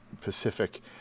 pacific